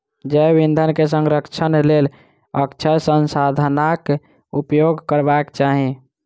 जैव ईंधन के संरक्षणक लेल अक्षय संसाधनाक उपयोग करबाक चाही